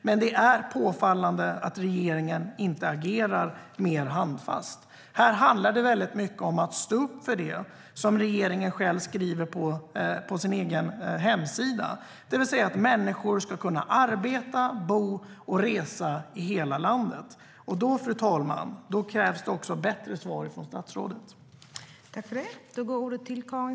Men det är påfallande att regeringen inte agerar mer handfast. Här handlar det väldigt mycket om att stå upp för det som regeringen själv skriver på sin egen hemsida. Människor ska kunna arbeta, bo och resa i hela landet. Då krävs det bättre svar från statsrådet, fru talman.